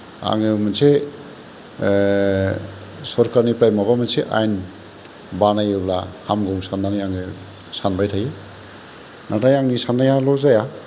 आङो मोनसे सरकारनिफ्राय माबा मोनसे आइन बानायोब्ला हामगौ साननानै आङो सानबाय थायो नाथाय आंनि साननायाल' जाया